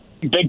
Big